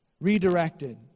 Redirected